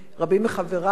רבים מחבריו,